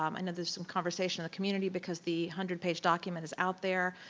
um i know there's some conversation in the community because the hundred-page document is out there.